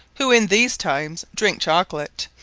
who, in these times, drinke chocolate,